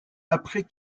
après